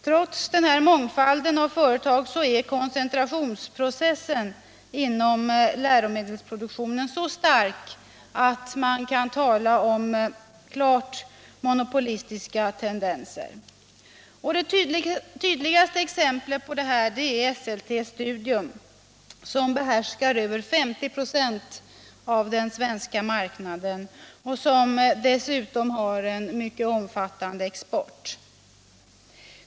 Trots denna mångfald av företag är koncentrationsprocessen inom läromedelsproduktionen så stark att man kan tala om klart monopolistiska tendenser. Och det tydligaste exemplet på detta är Esselte Studium, som behärskar över 50 96 av den svenska marknaden och som dessutom har en mycket omfattande export.